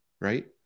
right